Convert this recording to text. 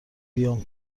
بیام